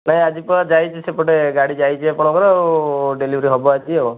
ନାଇଁ ଆଜି ପା ଯାଇଛି ସେପଟେ ଗାଡ଼ି ଯାଇଛି ଆପଣଙ୍କର ଆଉ ଡେଲିଭରି ହେବ ଆଜି ଆଉ